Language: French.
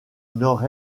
nord